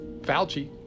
Fauci